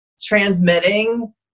transmitting